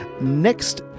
Next